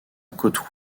côte